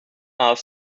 are